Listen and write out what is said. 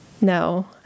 No